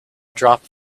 dropped